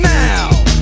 now